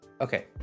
okay